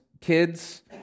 kids